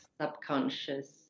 subconscious